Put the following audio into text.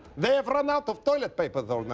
they have run out of toilet paper though.